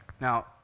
Now